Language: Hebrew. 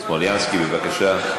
סלומינסקי, בבקשה.